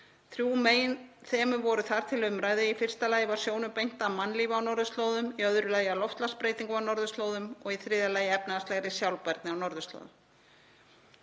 Þrjú meginþemu voru þar til umræðu, í fyrsta lagi var sjónum beint að mannlífi á norðurslóðum, í öðru lagi að loftslagsbreytingum á norðurslóðum og í þriðja lagi efnahagslegri sjálfbærni á norðurslóðum.